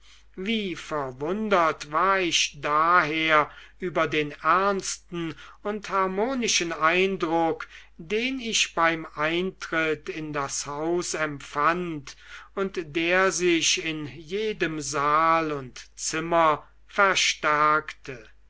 wie verwundert war ich daher über den ernsten und harmonischen eindruck den ich beim eintritt in das haus empfand und der sich in jedem saal und zimmer verstärkte